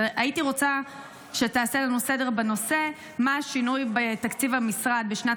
הייתי רוצה שתעשה לנו סדר בנושא: 1. מה השינוי בתקציב המשרד בשנת